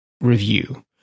review